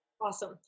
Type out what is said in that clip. Awesome